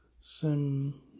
sim